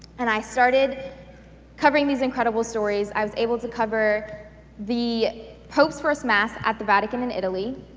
and i started covering these incredible stories. i was able to cover the pope's first mass at the vatican in italy,